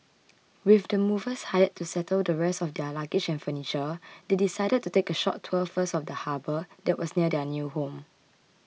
with the movers hired to settle the rest of their luggage and furniture they decided to take a short tour first of the harbour that was near their new home